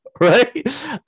right